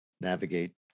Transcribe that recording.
navigate